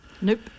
Nope